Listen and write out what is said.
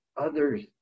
others